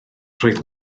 roedd